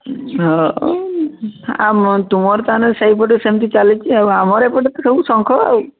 ହଁ ଆମର୍ ତୁମର୍ ସ୍ଥାନେ ସେଇ ପଟୁ ସେମିତି ଚାଲିଛି ଆମର ଏପଟେ ତ ସବୁ ଶଙ୍ଖ